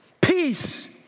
peace